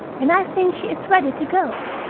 and i think she is ready to go.